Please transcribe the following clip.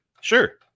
Sure